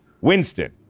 Winston